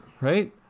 Right